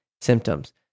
symptoms